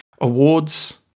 awards